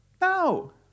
No